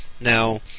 Now